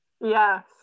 yes